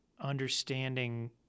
understanding